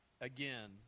again